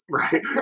right